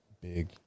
big